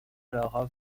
lara